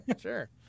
Sure